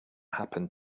happened